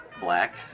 Black